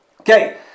Okay